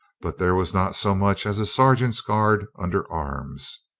but there was not so much as a sergeant's guard under arms.